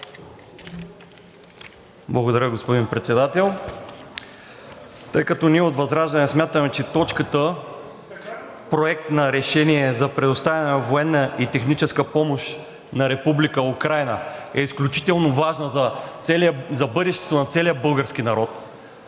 Благодаря, господин Председател. Тъй като ние от ВЪЗРАЖДАНЕ смятаме, че точката „Проект на решение за предоставяне на военна и техническа помощ на Република Украйна е изключително важна за бъдещето на целия български народ